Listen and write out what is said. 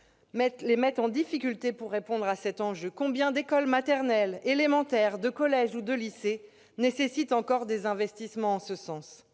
lorsqu'il s'agit de répondre à cet enjeu. On sait combien d'écoles, maternelles ou élémentaires, de collèges ou de lycées nécessitent encore des investissements en ce sens !